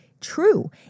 true